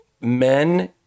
men